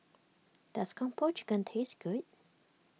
does Kung Po Chicken taste good